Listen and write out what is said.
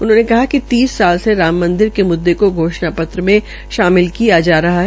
उन्होंने कहा कि तीस साल से राम मंदिर के म्द्दे को घोषणा पत्र में शामिल किया जा रहा है